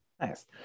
nice